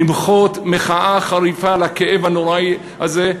למחות מחאה חריפה ולהעלות את הכאב הנורא הזה.